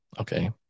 okay